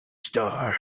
star